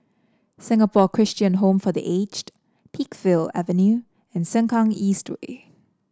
Singapore Christian Home for The Aged Peakville Avenue and Sengkang East Way